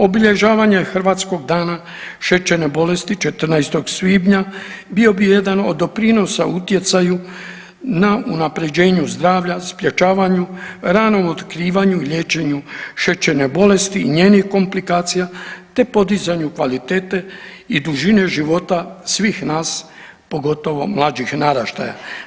Obilježavanje Hrvatskog dana šećerne bolesti 14. svibnja bio bi jedan od doprinosa utjecaju na unapređenju zdravlja, sprječavanju, ranom otkrivanju i liječenju šećerne bolesti, njenih komplikacija te podizanju kvalitete i dužine života svih nas pogotovo mlađih naraštaja.